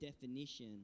definition